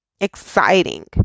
exciting